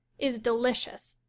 is delicious.